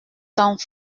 temps